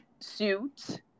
suit